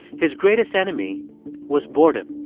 his greatest enemy was boredom.